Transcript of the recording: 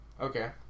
Okay